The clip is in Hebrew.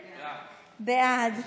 בעד,